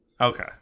Okay